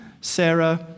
Sarah